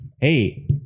Hey